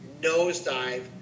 nosedive